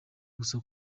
gusa